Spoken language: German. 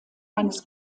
eines